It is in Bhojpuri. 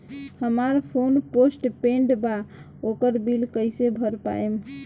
हमार फोन पोस्ट पेंड़ बा ओकर बिल कईसे भर पाएम?